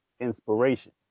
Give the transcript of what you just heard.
inspiration